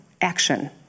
action